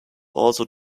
also